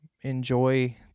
enjoy